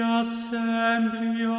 assembly